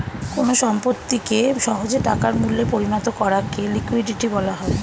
কোন সম্পত্তিকে সহজে টাকার মূল্যে পরিণত করাকে লিকুইডিটি বলা হয়